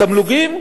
התמלוגים,